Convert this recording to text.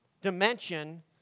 dimension